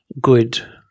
good